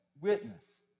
witness